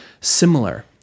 similar